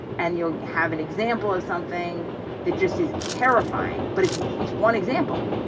and you'll have an example of something that just is terrifying. but it's it's one example,